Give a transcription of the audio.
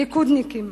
ליכודניקים,